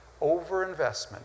overinvestment